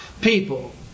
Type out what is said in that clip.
people